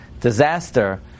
disaster